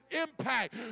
impact